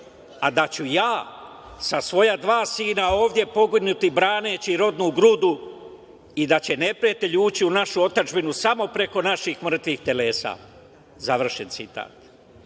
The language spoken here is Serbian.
a da ću ja sa svoja dva sina ovde poginuti braneći rodnu grudu i da će neprijatelj ući u našu otadžbinu samo preko naših mrtvih telesa.“ Završen citat. Ove